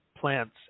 plants